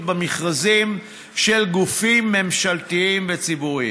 במכרזים של גופים ממשלתיים וציבוריים.